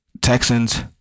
Texans